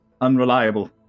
unreliable